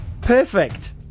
perfect